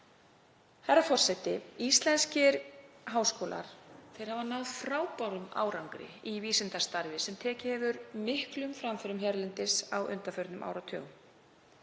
að vera með. Íslenskir háskólar hafa náð frábærum árangri í vísindastarfi sem tekið hefur miklum framförum hérlendis á undanförnum áratugum.